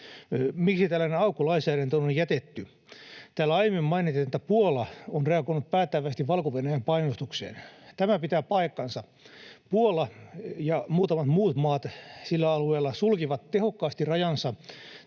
Miksi tällainen aukko lainsäädäntöön on jätetty? Täällä aiemmin mainittiin, että Puola on reagoinut päättäväisesti Valko-Venäjän painostuksen. Tämä pitää paikkansa. Puola ja muutamat muut maat sillä alueella sulkivat tehokkaasti rajansa